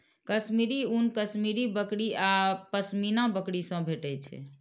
कश्मीरी ऊन कश्मीरी बकरी आ पश्मीना बकरी सं भेटै छै